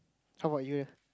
how about you